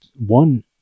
One